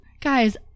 Guys